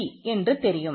b என்று தெரியும்